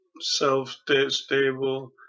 self-stable